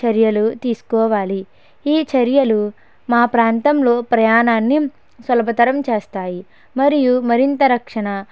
చర్యలు తీసుకోవాలి ఈ చర్యలు మా ప్రాంతంలో ప్రయాణాన్ని సులభతరం చేస్తాయి మరియు మరింత రక్షణ